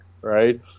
right